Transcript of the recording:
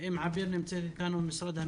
שאני לא משוכנעת שהטיעון שנאמר שאין